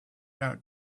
out